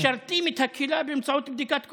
משרתים את הקהילה באמצעות בדיקות קורונה.